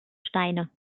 steine